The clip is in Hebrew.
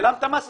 העלמת מס,